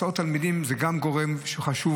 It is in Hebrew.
הסעות תלמידים הן גם גורם חשוב,